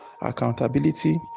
accountability